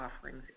offerings